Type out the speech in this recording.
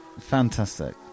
fantastic